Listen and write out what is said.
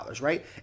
right